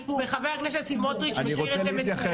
וחבר הכנסת סמוטריץ' -- אני רוצה להתייחס